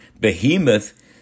behemoth